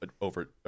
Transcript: over